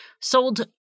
sold